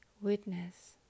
Witness